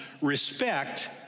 respect